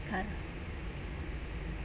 can't